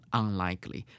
unlikely